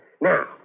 Now